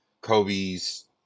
Kobe's